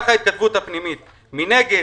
מנגד,